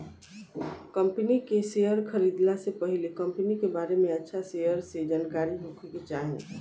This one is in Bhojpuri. कंपनी के शेयर खरीदला से पहिले कंपनी के बारे में अच्छा से जानकारी होखे के चाही